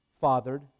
fathered